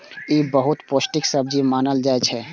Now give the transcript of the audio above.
ई बहुत पौष्टिक सब्जी मानल जाइ छै